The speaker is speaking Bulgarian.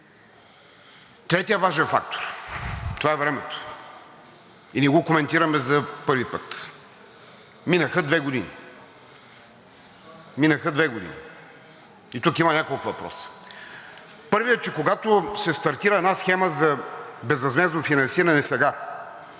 Третият важен фактор това е времето. И не го коментираме за първи път. Минаха две години. И тук има няколко въпроса. Първият е, че когато се стартира една схема за безвъзмездно финансиране сега,